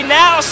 now